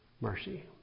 mercy